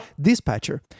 dispatcher